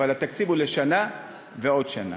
אבל התקציב הוא לשנה ועוד שנה.